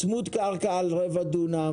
צמוד קרקע על דונם,